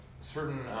certain